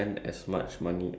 so I start first ah